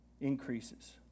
increases